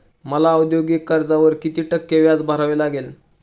मला औद्योगिक कर्जावर किती टक्के व्याज भरावे लागेल?